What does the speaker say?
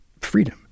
freedom